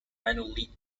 manually